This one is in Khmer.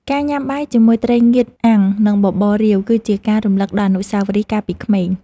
ការញ៉ាំបាយជាមួយត្រីងៀតអាំង និងបបររាវ គឺជាការរំលឹកដល់អនុស្សាវរីយ៍កាលពីក្មេង។